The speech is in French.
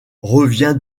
revient